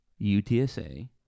UTSA